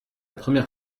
première